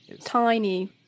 tiny